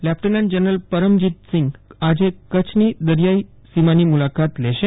lieutenant general Paramjit Singh આજે કચ્છની દરિયાઈ સીમાની મુલાકાતે આવશે